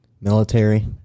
military